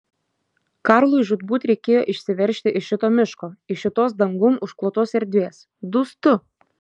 karlui žūtbūt reikėjo išsiveržti iš šito miško iš šitos dangum užklotos erdvės dūstu